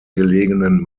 gelegenen